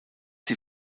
sie